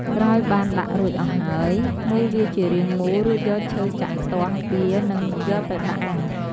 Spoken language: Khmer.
ក្រោយបានដាក់រួចអស់ហើយ មូរវាជារាងមូល រួចយកឈើចាក់ខ្ទាស់វានិងយកទៅដាក់អាំង។